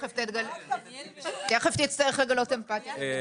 תודה רבה.